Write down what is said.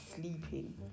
sleeping